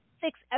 six